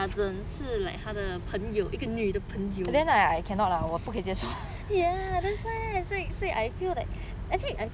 like 他的朋友一个女的朋友 ya that's why I say say I feel that actually I feel